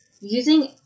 using